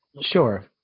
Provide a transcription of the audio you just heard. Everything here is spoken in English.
Sure